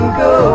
go